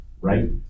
right